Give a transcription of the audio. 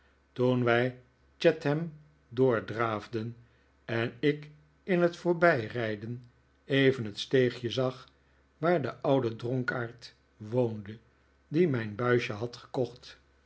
toen wij chatham doordraafden en ik in het vdorbijrijden even het steegje zag waar de oude dronkaard woonde die mijn buisje had gekocht